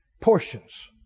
portions